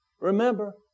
remember